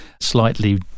slightly